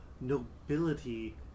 nobility